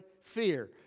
fear